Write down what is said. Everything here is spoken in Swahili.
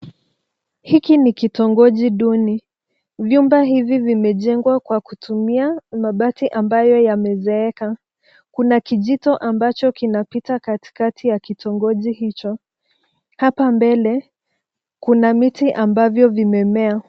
Hiki ni kitongoji duni. Vyumba hivi vimejengwa kwa kutumia mabati ambayo yamezeeka. Kuna kijito ambacho kinapita katikati ya kitongoji hicho. Hapa mbele kuna miti ambavyo vimemea.